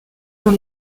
dans